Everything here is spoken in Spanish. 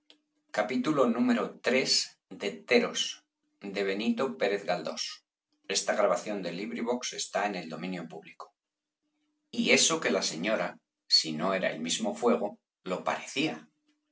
y eso que la señora si no era el mismo fuego lo parecía